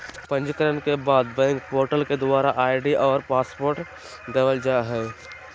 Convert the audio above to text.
पंजीकरण के बाद बैंक पोर्टल के द्वारा आई.डी और पासवर्ड देवल जा हय